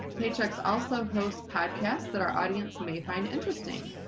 paychex also hosts podcasts that our audience may find interesting.